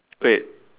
wait